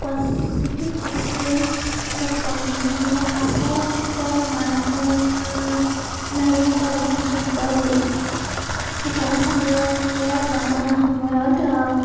positive এক্স্পেৰিয়েঞ্চৰ ক্ষেত্ৰত ক'বলৈ হ'লে সাজ পাৰৰ ক্ষেত্ৰত আমাৰ অসমীয়া নাৰীসকলে বিশেষকৈ মেখেলা চাদৰতকৈ বৰ্তমান সময়ত